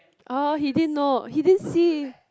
orh he didn't know he didn't see